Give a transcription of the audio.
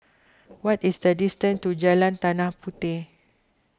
what is the distance to Jalan Tanah Puteh